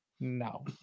No